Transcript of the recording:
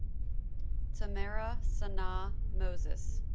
tamara sanaa moses